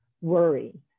worry